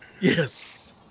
Yes